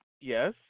yes